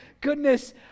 goodness